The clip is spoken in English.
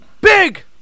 big